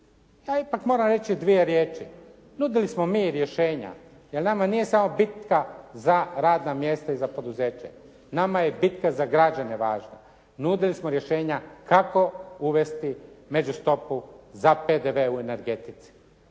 Pa ipak moram reći dvije riječi. Nudili smo mi i rješenja jel nama nije samo bitka za radna mjesta i za poduzeće, nama je bitka za građane važna. Nudili smo rješenja kako uvesti međustopu za PDV u energetici.